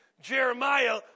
Jeremiah